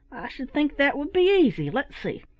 should think that would be easy. let's see.